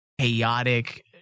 chaotic